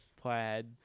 plaid